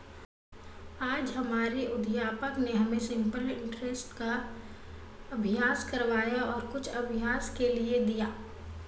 आज हमारे अध्यापक ने हमें सिंपल इंटरेस्ट का अभ्यास करवाया और कुछ अभ्यास के लिए दिया